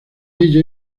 ella